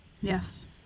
Yes